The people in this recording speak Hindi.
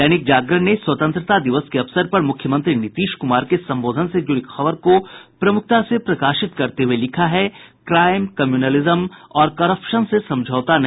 दैनिक जागरण ने स्वतंत्रता दिवस के अवसर पर मुख्यमंत्री नीतीश कुमार के संबोधन से ज़्रड़ी खबर को प्रमुखता से प्रकाशित करते हुये लिखा है क्राइम कम्युनलिज्म और करप्शन से समझौता नहीं